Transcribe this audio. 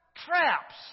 Traps